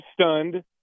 stunned